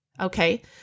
Okay